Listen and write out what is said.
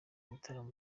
ibitaramo